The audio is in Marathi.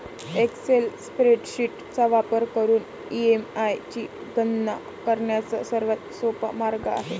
एक्सेल स्प्रेडशीट चा वापर करून ई.एम.आय ची गणना करण्याचा सर्वात सोपा मार्ग आहे